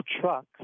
truck